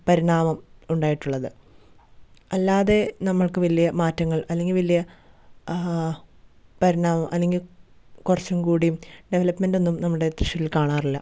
പരിണാമം ഉണ്ടായിട്ടുള്ളത് അല്ലാതെ നമ്മൾക്ക് വലിയ മാറ്റങ്ങൾ അല്ലെങ്കിൽ വലിയ പരിണാമം അല്ലെങ്കിൽ കുറച്ചും കൂടിയും ഡെവലപ്മെൻറ്റൊന്നും നമ്മുടെ തൃശ്ശൂരിൽ കാണാറില്ല